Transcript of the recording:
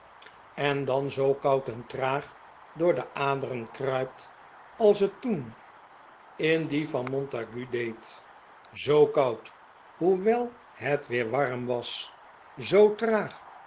zijn geweten zoo koud en traag door de aderen kruipt als net toen in die van montague deed zoo koud hoewel net weer warm was zoo traag